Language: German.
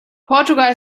portugal